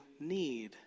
need